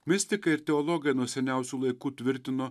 mistikai ir teologai nuo seniausių laikų tvirtino